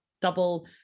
double